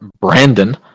Brandon